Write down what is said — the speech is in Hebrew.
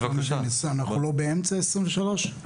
אנחנו לא באמצע 2023?